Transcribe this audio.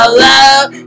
love